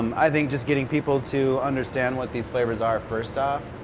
um i think just getting people to understand what these flavors are first off.